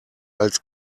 als